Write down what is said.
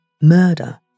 murder